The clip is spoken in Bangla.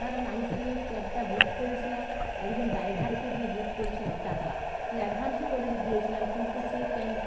কারণ আমি সেদিনের ক্যাবটা বুক করেছিলাম একজন ড্রাইভারকে দিয়ে বুক করেছিলাম টাকা কিছু অ্যাডভান্সও করেছি দিয়েছিলাম কিন্তু সেই